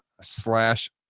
slash